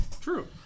True